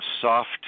soft